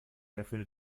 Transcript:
erfindet